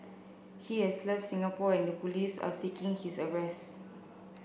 he has left Singapore and the police are seeking his arrest